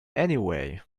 anyway